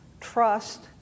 trust